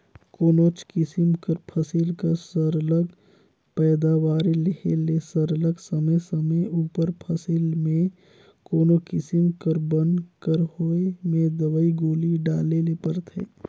कोनोच किसिम कर फसिल कर सरलग पएदावारी लेहे ले सरलग समे समे उपर फसिल में कोनो किसिम कर बन कर होए में दवई गोली डाले ले परथे